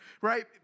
right